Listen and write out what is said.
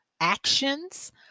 actions